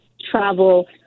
travel